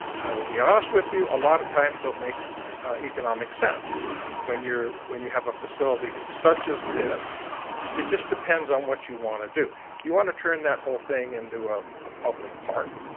i will be honest with you. a lot of times don't make economic sense when you're when you have a facility such as this it just depends on what you want to do you want to turn that whole thing and into ah a public park?